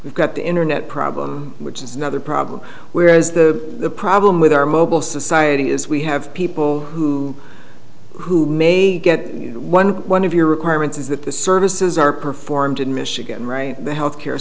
we've got the internet problem which is another problem where is the problem with our mobile society is we have people who who may get one point one of your requirements is that the services are performed in michigan right health care